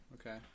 Okay